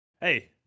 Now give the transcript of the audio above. Hey